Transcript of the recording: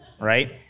right